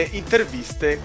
interviste